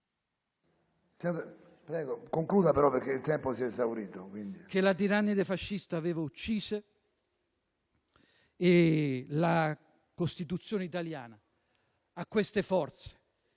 che la tirannide fascista aveva ucciso, e la Costituzione italiana a queste forze.